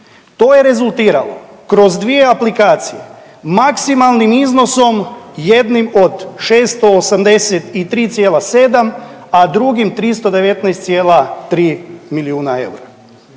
To je rezultiralo kroz dvije aplikacije maksimalnim iznosom jednim od 680 i 3,7 a drugim 319,3 milijuna eura.